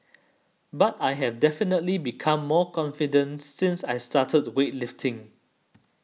but I have definitely become more confident since I started weightlifting